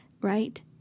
right